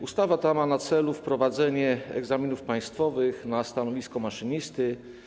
Ustawa ta ma na celu wprowadzenie egzaminów państwowych na stanowisko maszynisty.